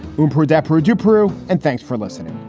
hooper adepero. you, prue. and thanks for listening